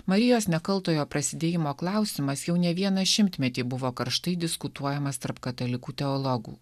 marijos nekaltojo prasidėjimo klausimas jau ne vieną šimtmetį buvo karštai diskutuojamas tarp katalikų teologų